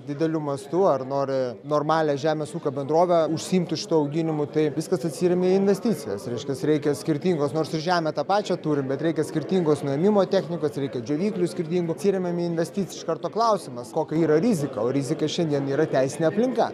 dideliu mastu ar nori normalią žemės ūkio bendrovę užsiimti šituo auginimu tai viskas atsiremia į investicijas reiškias reikia skirtingos nors ir žemę tą pačią turim bet reikia skirtingos nuėmimo technikos reikia džiovyklių skirtingų atsiremiam į investicijų iš karto klausimas kokia yra rizika o rizika šiandien yra teisinė aplinka